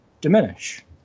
diminish